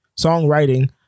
songwriting